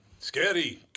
Scary